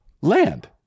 Land